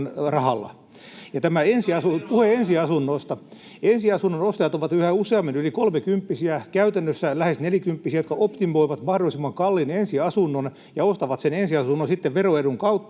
Puhun ensiasunnoista. Ensiasunnon ostajat ovat yhä useammin yli kolmekymppisiä, käytännössä lähes nelikymppisiä, jotka optimoivat mahdollisimman kalliin ensiasunnon ja ostavat sen ensiasunnon sitten veroedun kautta.